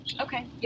Okay